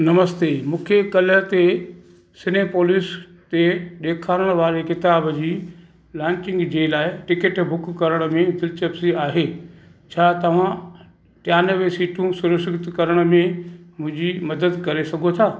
नमस्ते मूंखे कल्ह ते सिनेपॉलिस ते ॾेखारण वारे किताब जी लांचिंग जे लाइ टिकट बुक करण में दिलचस्पी आहे छा तव्हां टेयानवे सीटू सुरक्षित करण में मुंहिंजी मदद करे सघो था